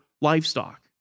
livestock